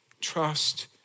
trust